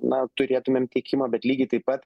na turėtumėm tiekimą bet lygiai taip pat